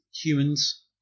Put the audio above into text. humans